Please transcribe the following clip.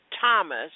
Thomas